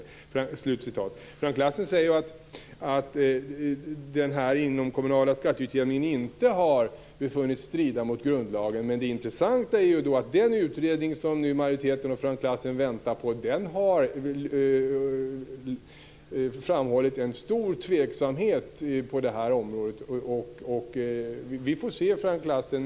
Frank Lassen säger att den inomkommunala skatteutjämningen inte har befunnits strida mot grundlagen. Det intressanta är att man i den utredning som majoriteten och Frank Lassen nu väntar på alltså har framhållit en tveksamhet på området. Vi får se, Frank Lassen.